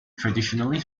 traditionally